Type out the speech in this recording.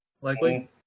likely